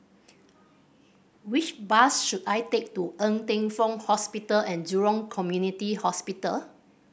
which bus should I take to Ng Teng Fong Hospital And Jurong Community Hospital